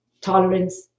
tolerance